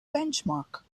benchmark